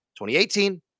2018